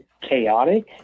chaotic